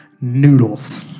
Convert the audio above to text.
Noodles